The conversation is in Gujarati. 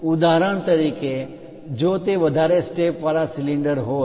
ઉદાહરણ તરીકે જો તે વધારે સ્ટેપ વાળા સિલિન્ડર હોય